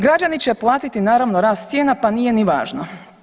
Građani će platiti naravno rast cijena, pa nije ni važno.